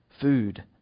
food